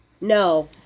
no